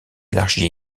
élargit